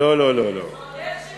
לא לא לא לא, ועוד איך שכן.